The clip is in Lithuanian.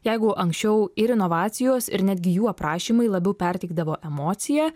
jeigu anksčiau ir inovacijos ir netgi jų aprašymai labiau perteikdavo emociją